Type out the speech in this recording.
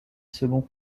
second